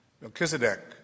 Melchizedek